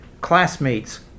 Classmates